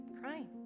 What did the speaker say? crying